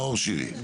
נאור שירי.